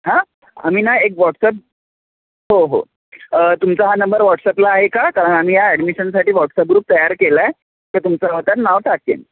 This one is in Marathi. हा आम्ही ना एक वॉट्सअप हो हो तुमचा हा नंबर वॉट्सअपला आहे का कारण आम्ही ह्या ॲडमिशनसाठी वॉट्सअप ग्रुप तयार केला आहे तर तुमचं त्यात नाव टाकेन